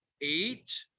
eight